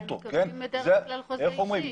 אבל הם מקבלים בדרך כלל חוזה אישי.